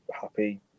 happy